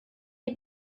die